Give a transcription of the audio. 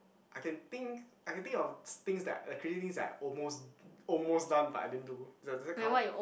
I can think I can think of things that like crazy things that I almost almost done but I didn't do does does that count